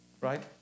Right